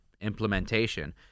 implementation